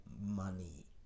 money